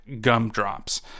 gumdrops